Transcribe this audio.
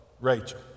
Rachel